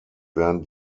während